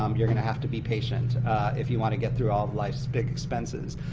um you're going to have to be patient if you want to get through all of life's big expenses,